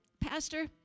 Pastor